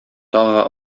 тагы